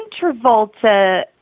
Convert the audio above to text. Travolta